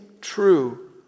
true